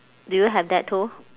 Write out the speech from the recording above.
do you have that too